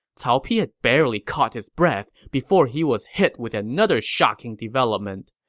cao pi had barely caught his breath before he was hit with another shocking development.